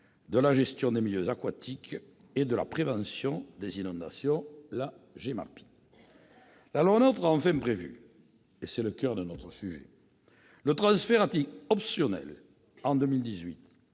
de la gestion des milieux aquatiques et de la prévention des inondations, au titre de la compétence GEMAPI. La loi NOTRe a enfin prévu, et c'est le coeur de notre sujet, le transfert à titre optionnel en 2018,